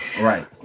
right